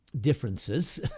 differences